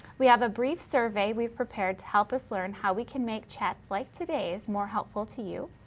we have a brief survey we've prepared to help us learn how we can make chats like today's more helpful to you,